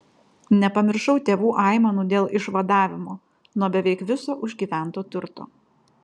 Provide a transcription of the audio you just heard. nepamiršau tėvų aimanų dėl išvadavimo nuo beveik viso užgyvento turto